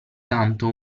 tanto